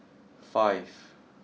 five